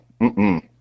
mm-mm